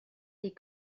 les